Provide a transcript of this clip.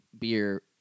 beer